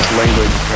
language